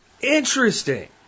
Interesting